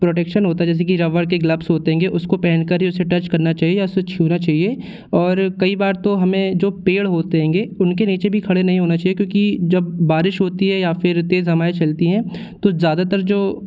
protection होता है जैसे कि रबड़ के ग्लब्स होते हैंगे उसको पहन कर ही उसे टच करना चाहिए या फिर छूना चाहिए और कई बार तो हमें जो पेड़ होते हैं उनके नीचे भी खड़े नहीं होना चाहिए क्योंकि जब बारिश होती है या फिर तेज हवाएँ चलती हैं तो ज़्यादातर जो